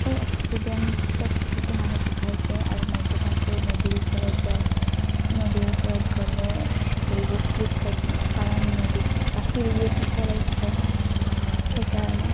সেই এক্সিডেণ্টত বহুতো মানুহ ঢুকাইছে আৰু মদ্যপান কৰি নদীৰ ওচৰত যায় নদীৰ ওচৰত গ'লে ভৰিবোৰ শ্লিপ খাই কাৰণ নদীত থকা শিলবোৰ পিছল হৈ থাকে সেইকাৰণে